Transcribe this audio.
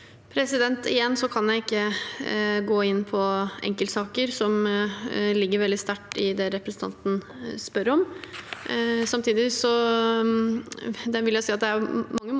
jeg ikke gå inn på enkeltsaker, som ligger veldig sterkt i det representanten spør om.